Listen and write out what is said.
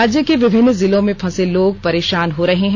राज्य के विभिन्न जिलों में फंसे लोग परेषान हो रहे हैं